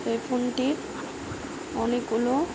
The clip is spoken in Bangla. এই ফোনটির অনেকগুলো